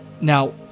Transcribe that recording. Now